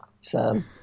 Sam